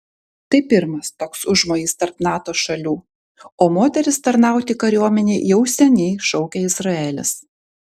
tai pirmas toks užmojis tarp nato šalių o moteris tarnauti kariuomenėje jau seniai šaukia izraelis